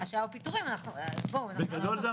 במחירים שאתה